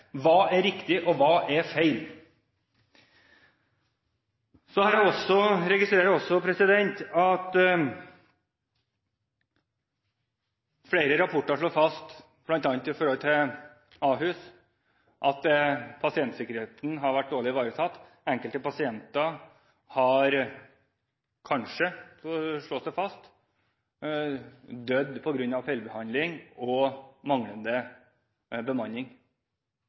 Hva er riktig, og hva er feil? Jeg registrerer også at flere rapporter slår fast, bl.a. når det gjelder Ahus, at pasientsikkerheten har vært dårlig ivaretatt. Enkelte pasienter har kanskje – slås det fast – dødd på grunn av feilbehandling og manglende bemanning.